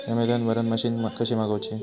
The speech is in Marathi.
अमेझोन वरन मशीन कशी मागवची?